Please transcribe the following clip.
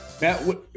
Matt